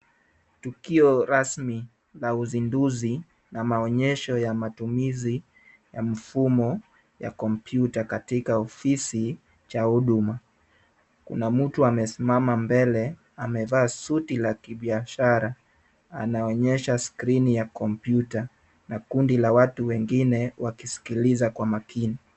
Tukio rasmi la uzinduzi na maonyesha ya matumizi ya mfumo ya kompyuta, katika ofisi cha huduma. Kuna mtu amesimama mbele, amevaa suti la kibiashara, anaonyesha skrini ya kompyuta na kundi la watu wengine wakiskiliza kwa makini.